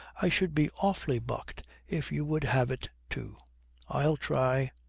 i should be awfully bucked if you would have it, too i'll try